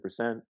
100%